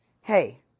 hey